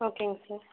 ஓகேங்க சார்